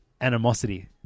Animosity